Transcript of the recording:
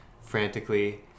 frantically